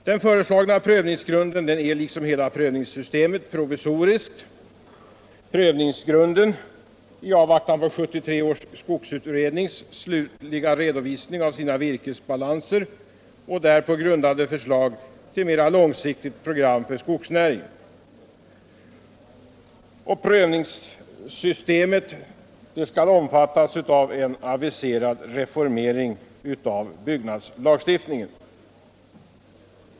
Den föreslagna prövningsgrunden är liksom hela prövningssystemet provisorisk i avvaktan på 1973 års skogsutrednings slutliga redovisning av sina virkesbalanser och därpå grundade förslag till ett mera långsiktigt program för skogsnäringen. Prövningssystemet skall omfattas av en aviserad reformering av byggnadslagstiftningen.